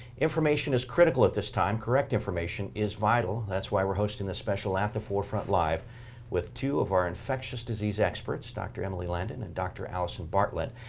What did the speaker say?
information is critical at this time. correct information is vital. that's why we're hosting this special. at the forefront live with two of our infectious disease experts, dr. emily landon and dr. allison bartlett.